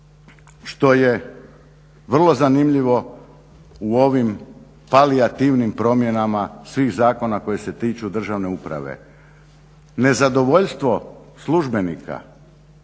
što je vrlo zanimljivo u ovim palijativnim promjenama svih zakona koji se tiču državne uprave. Nezadovoljstvo službenika